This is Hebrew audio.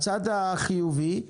הצד החיובי,